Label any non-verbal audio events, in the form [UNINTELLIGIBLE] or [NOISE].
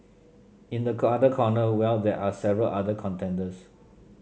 in the [UNINTELLIGIBLE] other corner well there are several other contenders